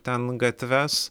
ten gatves